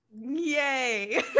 yay